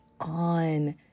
on